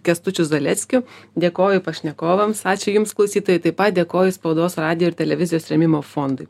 kęstučiu zaleckiu dėkoju pašnekovams ačiū jums klausytojai taip pat dėkoju spaudos radijo ir televizijos rėmimo fondui